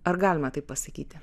ar galima taip pasakyti